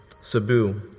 Cebu